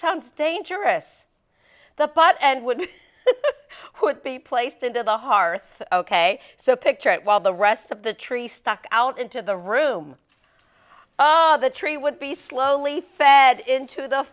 sounds dangerous the pot and would be placed into the hearth ok so picture it while the rest of the tree stuck out into the room the tree would be slowly fed into the